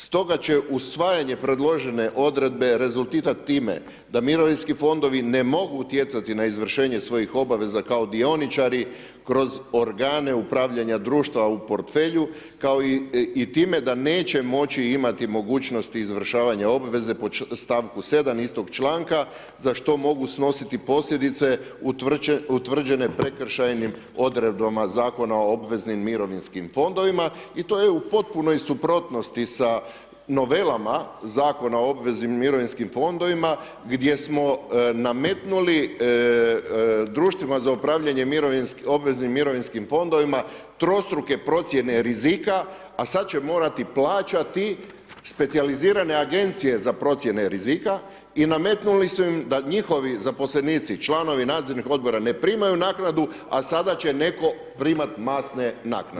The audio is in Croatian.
Stoga će usvajanje predložene odredbe rezultirati time da mirovinski fondovi ne mogu utjecati na izvršenje svojih obaveza kao dioničari kroz organe upravljanja društva u portfelju, kao i time da neće moći imati mogućnosti izvršavanja obveze po stavku 7., istog članka, za što mogu snositi posljedice utvrđene prekršajnim odredbama Zakona o obveznim mirovinskim fondovima, i to je u potpunoj suprotnosti sa novelama Zakona o obveznim mirovinskim fondovima, gdje smo nametnuli društvima za upravljanje obveznim mirovinskim fondovima, trostruke procjene rizika, a sad će morati plaćati specijalizirane agencije za procjene rizike i nametnuli su im da njihovi zaposlenici, članovi nadzornih odbora ne primaju naknadu, a sada će netko primati masne naknade.